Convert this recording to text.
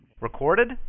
Recorded